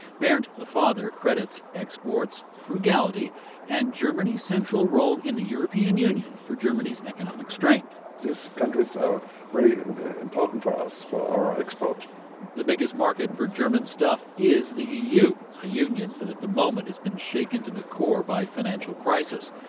bernd, the father, credits exports, frugality and germany's central role in the european union for germany's economic strength these countries are very important for us, for our export the biggest market for german stuff is the e u, a union that at the moment has been shaken to the core by financial crisis.